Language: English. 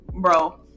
Bro